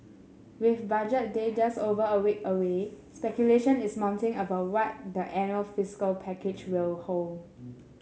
with Budget Day just over a week away speculation is mounting about what the annual fiscal package will hold